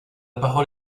parole